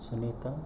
Sunita